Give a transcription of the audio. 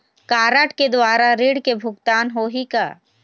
Card के द्वारा ऋण के भुगतान होही का?